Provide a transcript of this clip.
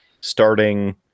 starting